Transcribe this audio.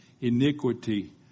iniquity